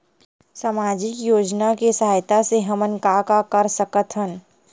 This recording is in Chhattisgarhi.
सामजिक योजना के सहायता से हमन का का कर सकत हन?